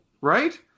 right